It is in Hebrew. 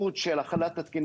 אם כן, זה לא תקן רשמי.